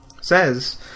says